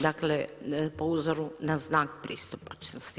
Dakle, po uzoru na znak pristupačnosti.